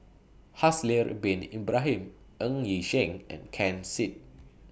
Haslir Bin Ibrahim Ng Yi Sheng and Ken Seet